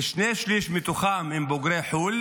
כשני שלישים מתוכם הם בוגרי חו"ל